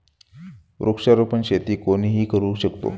वृक्षारोपण शेती कोणीही करू शकतो